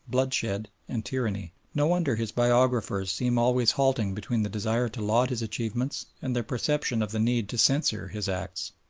bloodshed and tyranny. no wonder his biographers seem always halting between the desire to laud his achievements and their perception of the need to censure his acts.